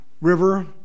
river